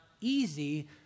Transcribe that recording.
easy